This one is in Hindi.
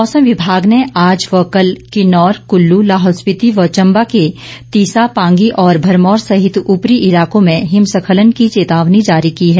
मौसम विभाग ने आज व कल किन्नौर कुल्लू लाहौल स्पिति व चम्बा के तीसा पांगी और भरमौर सहित उपरी इलाकों में हिमस्खलन की चेतावनी जारी की है